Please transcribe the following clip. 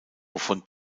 wovon